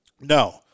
no